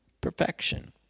Perfection